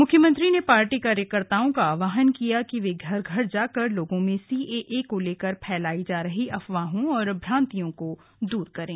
मुख्यमंत्री ने पार्टी कार्यकर्ताओं का आहवान किया कि वे घर घर जाकर लोगों में सीएए को लेकर फैलाई जा रही अफवाहों और भ्रांतियों को दूर करें